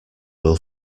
will